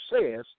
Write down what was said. says